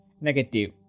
negative